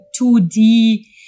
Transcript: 2D